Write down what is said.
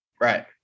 Right